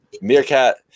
Meerkat